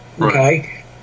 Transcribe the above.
okay